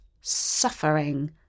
suffering